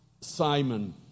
Simon